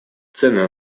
цены